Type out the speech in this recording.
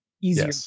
easier